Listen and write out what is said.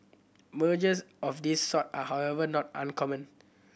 mergers of this sort are however not uncommon